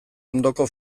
ondoko